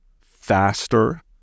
faster